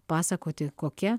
pasakoti kokia